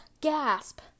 Gasp